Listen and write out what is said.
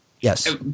Yes